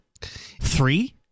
Three